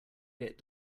get